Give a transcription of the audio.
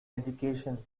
education